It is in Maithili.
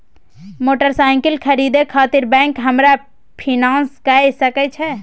मोटरसाइकिल खरीदे खातिर बैंक हमरा फिनांस कय सके छै?